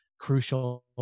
crucial